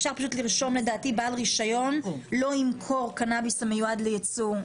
לדעתי אפשר לרשום בעל רישיון לא ימכור קנאביס המיועד לייצוא.